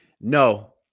No